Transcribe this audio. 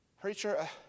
Preacher